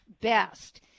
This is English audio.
best